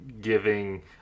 giving